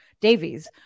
davies